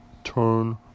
turn